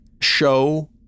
show